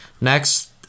Next